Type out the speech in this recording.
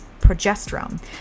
progesterone